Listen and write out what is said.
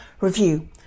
review